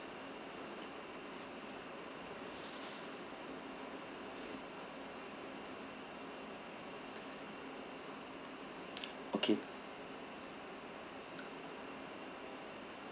okay